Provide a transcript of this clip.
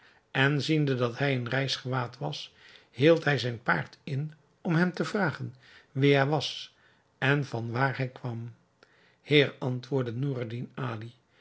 en ziende dat hij in reisgewaad was hield hij zijn paard in om hem te vragen wie hij was en van waar hij kwam heer antwoordde noureddin ali